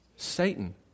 Satan